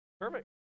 Perfect